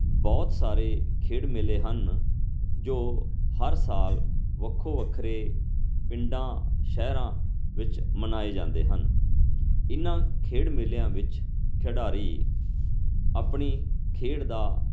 ਬਹੁਤ ਸਾਰੇ ਖੇਡ ਮੇਲੇ ਹਨ ਜੋ ਹਰ ਸਾਲ ਵੱਖੋ ਵੱਖਰੇ ਪਿੰਡਾਂ ਸ਼ਹਿਰਾਂ ਵਿੱਚ ਮਨਾਏ ਜਾਂਦੇ ਹਨ ਇਹਨਾਂ ਖੇਡ ਮੇਲਿਆਂ ਵਿੱਚ ਖਿਡਾਰੀ ਆਪਣੀ ਖੇਡ ਦਾ